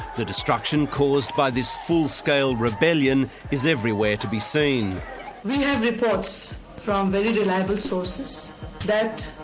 the destruction caused by this full-scale rebellion is everywhere to be seen. we have reports from the reliable sources that